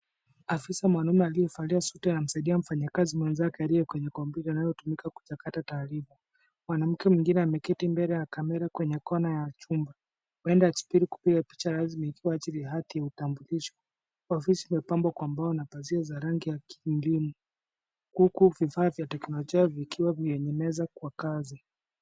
Afisa mwanaume aliyevalia suti anamsaidia mfanyakazi mwenzake aliye kwenye kompyuta inayotumika kuchakata taarifa. Mwanamke mwingine ameketi mbele ya kamera kwenye kona ya chumba. Huenda asubiri kupiga picha ya lazima ikiwa ajili ya hati ya utambulisho. Ofisi imepambwa kwa mbao na pazia za rangi ya mbinu huku vifaa vya teknolojia vikiwa vyenye meza kwa kazi.